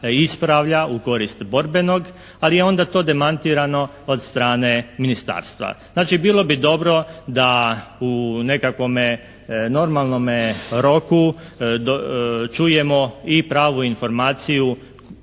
ispravlja u korist borbenog, ali je onda to demantirano od strane ministarstva. Znači bilo bi dobro da u nekakvome normalnome roku čujemo i pravu informaciju